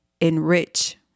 enrich